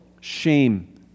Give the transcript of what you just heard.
shame